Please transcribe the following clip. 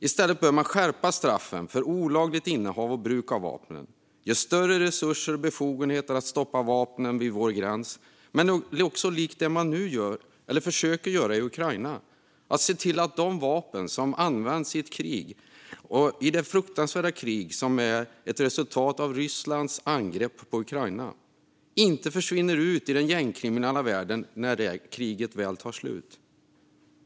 I stället bör man skärpa straffen för olagligt innehav och bruk av vapen och ge större resurser och befogenheter att stoppa vapnen vid vår gräns men också, likt det man nu gör, eller försöker att göra, i Ukraina, se till att de vapen som används i det fruktansvärda krig som är ett resultat av Rysslands angrepp på Ukraina, inte försvinner ut i den gängkriminella världen när kriget väl tar slut.